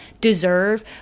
deserve